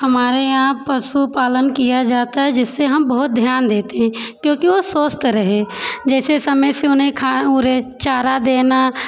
हमारे यहाँ पशुपालन किया जाता है जिससे हम बहुत ध्यान देते हैं क्योंकि वो स्वस्थ रहे जैसे समय से उन्हें उन्हें चारा देना